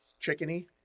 chickeny